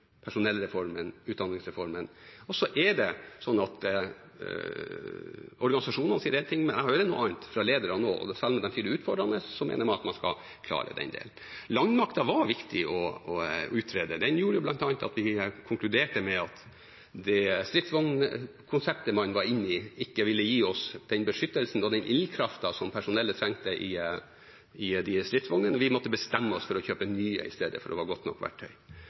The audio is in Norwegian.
personellreformen, utdanningsreformen. Så er det slik at organisasjonene sier én ting, men jeg hører noe annet fra lederne. Selv om de sier det er utfordrende, mener man at man skal klare det. Landmakta var viktig å utrede. Den gjorde bl.a. at vi konkluderte med at det stridsvognkonseptet man var inne i, ikke ville gi oss den beskyttelsen og den ildkrafta som personellet trengte i de stridsvognene. Vi måtte i stedet bestemme oss for å kjøpe nye for å ha godt nok verktøy.